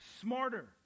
smarter